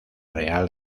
real